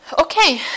Okay